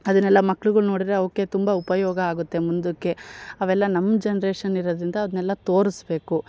ಅದನ್ನೆಲ್ಲ ಮಕ್ಕಳುಗಳ್ ನೋಡಿರೆ ಅವ್ಕೆ ತುಂಬ ಉಪಯೋಗ ಆಗುತ್ತೆ ಮುಂದುಕ್ಕೆ ಅವೆಲ್ಲ ನಮ್ಮ ಜನ್ರೇಷನ್ ಇರೋದರಿಂದ ಅದನೆಲ್ಲ ತೋರಿಸಬೇಕು